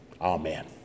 Amen